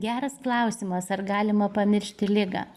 geras klausimas ar galima pamiršti ligą